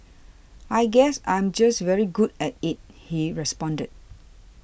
I guess I'm just very good at it he responded